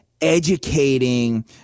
educating